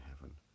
heaven